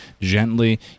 gently